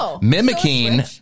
mimicking